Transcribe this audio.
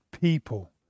people